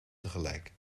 tegelijk